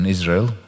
Israel